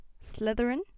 Slytherin